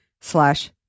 slash